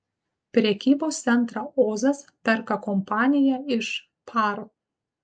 prekybos centrą ozas perka kompanija iš par